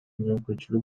мүмкүнчүлүк